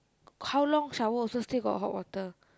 how long shower also still got hot water